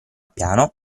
piano